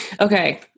Okay